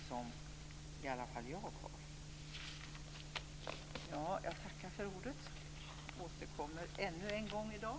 Detta kommer upp senare. Jag tackar för ordet och återkommer ännu en gång i dag.